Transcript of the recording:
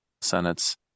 Senate's